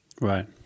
Right